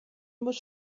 muss